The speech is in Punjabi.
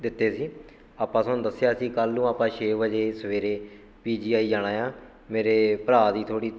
ਦਿੱਤੇ ਸੀ ਆਪਾਂ ਤੁਹਾਨੂੰ ਦੱਸਿਆ ਸੀ ਕੱਲ੍ਹ ਨੂੰ ਆਪਾਂ ਛੇ ਵਜੇ ਸਵੇਰੇ ਪੀ ਜੀ ਆਈ ਜਾਣਾ ਏ ਆ ਮੇਰੇ ਭਰਾ ਦੀ ਥੋੜ੍ਹੀ